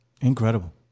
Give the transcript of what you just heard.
Incredible